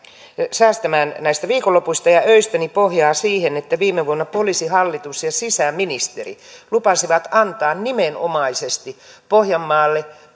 säästämään näistä viikonlopuista ja öistä pohjaa siihen että viime vuonna poliisihallitus ja sisäministeri lupasivat antaa nimenomaisesti pohjanmaalle